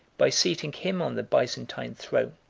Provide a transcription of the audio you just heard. by seating him on the byzantine throne,